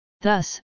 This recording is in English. Thus